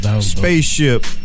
Spaceship